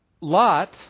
Lot